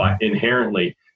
inherently